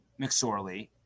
McSorley